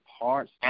parts